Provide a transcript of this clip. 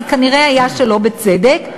זה כנראה היה שלא בצדק,